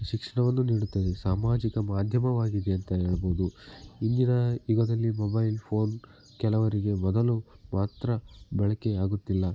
ಶಿಕ್ಷಣವನ್ನು ನೀಡುತ್ತದೆ ಸಾಮಾಜಿಕ ಮಾಧ್ಯಮವಾಗಿದೆ ಅಂತ ಹೇಳ್ಬೋದು ಇಂದಿನ ಯುಗದಲ್ಲಿ ಮೊಬೈಲ್ ಫ಼ೋನ್ ಕೆಲವರಿಗೆ ಮೊದಲು ಮಾತ್ರ ಬಳಕೆಯಾಗುತ್ತಿಲ್ಲ